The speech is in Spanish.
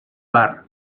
var